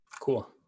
Cool